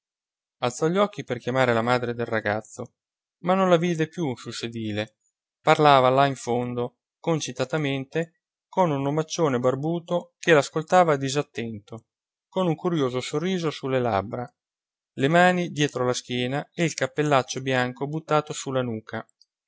alzò gli occhi per chiamare la madre del ragazzo ma non la vide più sul sedile parlava là in fondo concitatamente con un omaccione barbuto che l'ascoltava disattento con un curioso sorriso sulle labbra le mani dietro la schiena e il cappellaccio bianco buttato su